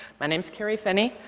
my name is carrie finney,